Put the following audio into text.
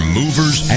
movers